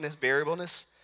variableness